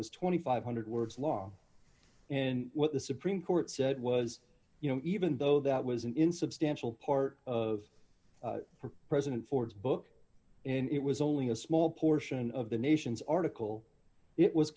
thousand five hundred words long and what the supreme court said was you know even though that was an insubstantial part of president ford's book and it was only a small portion of the nation's article it was